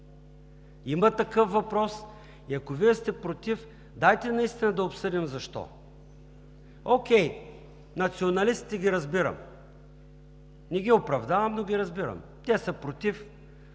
Има такъв въпрос и ако Вие сте против, дайте да обсъдим защо. Окей, националистите ги разбирам, не ги оправдавам, но ги разбирам – те са против